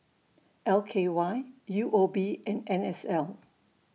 L K Y U O B and N S L